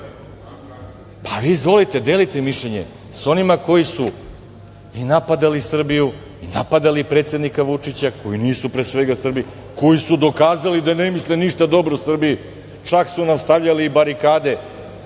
ima. Vi izvolite, delite mišljenje sa onima koji su i napadali Srbiju i napadali predsednika Vučića, koji nisu pre svega Srbi, koji su dokazali da ne misle ništa dobro Srbiji, čak su nam stavljali i barikade